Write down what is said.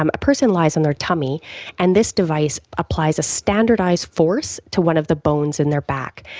um a person lies on their tummy and this device applies a standardised force to one of the bones in their back.